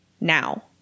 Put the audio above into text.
now